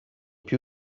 più